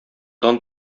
дан